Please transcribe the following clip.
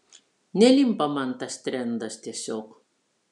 nelimpa man tas trendas tiesiog